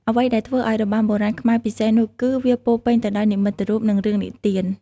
អ្វីដែលធ្វើឱ្យរបាំបុរាណខ្មែរពិសេសនោះគឺ វាពោរពេញទៅដោយ និមិត្តរូប និងរឿងនិទាន។